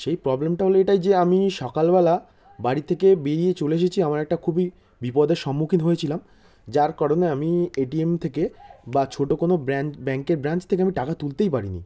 সেই প্রবলেমটা হলো এটাই যে আমি সকালবেলা বাড়ি থেকে বেরিয়ে চলে এসেছি আমার একটা খুবই বিপদের সম্মুখীন হয়েছিলাম যার কারণে আমি এ টি এম থেকে বা ছোটো কোনো ব্যাংক ব্যাংকের ব্রাঞ্চ থেকে আমি টাকা তুলতেই পারিনি